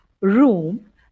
room